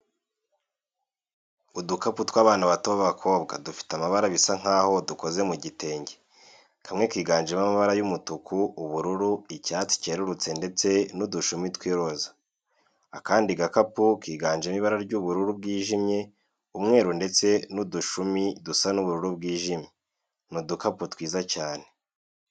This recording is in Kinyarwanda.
Udukapu tw'abana bato b'abakobwa dufite amabara bisa nk'aho dukoze mu gitenge; kamwe kiganjemo amabara y'umutuku, ubururu, icyatsi cyerurutse ndetse n'udushumi tw'iroza. Akandi gakapu kiganjemo ibara ry'ubururu bwijimye, umweru ndetse n'udushumi dusa n'ubururu bwijimye. Ni udukapu twiza cyane.